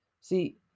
See